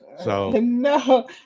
No